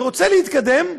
ורוצה להתקדם,